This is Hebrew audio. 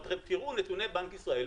תראו את נתוני בנק ישראל,